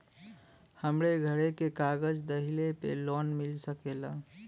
हमरे घरे के कागज दहिले पे लोन मिल सकेला?